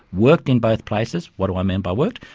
worked in both places. what do i mean by worked?